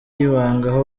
y’ibanga